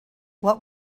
what